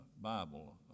Bible